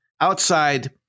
outside